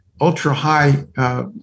ultra-high